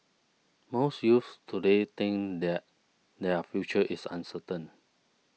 most youths today think that their future is uncertain